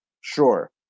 sure